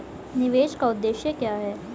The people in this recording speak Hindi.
निवेश का उद्देश्य क्या है?